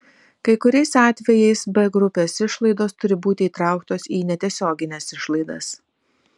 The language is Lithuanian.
kai kuriais atvejais b grupės išlaidos turi būti įtrauktos į netiesiogines išlaidas